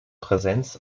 präsenz